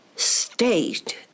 state